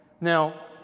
Now